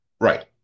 Right